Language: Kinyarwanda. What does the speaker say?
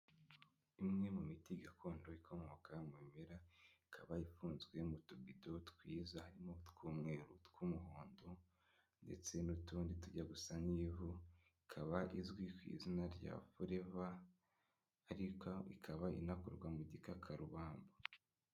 Imwe mu miti gakondo ikomoka mu bimera, ikaba ifunzwe mu tubido twiza, harimo utw'umweru, utw'umuhondo, ndetse n'utundi tujya gusa n'ivu, ikaba izwi ku izina rya Foreva ariko ikaba inakorwa mu gikakarubamba.